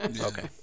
Okay